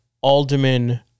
Alderman